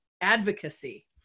advocacy